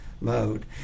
mode